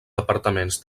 departaments